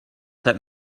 that